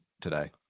today